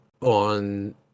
on